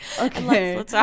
okay